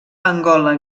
angola